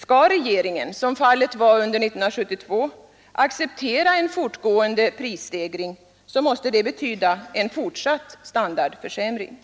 Skall regeringen, som fallet var under 1972, acceptera en fortgående prisstegring, måste det betyda en fortsatt standardförsämring.